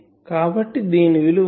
కాబట్టి దీని విలువ1